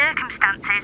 circumstances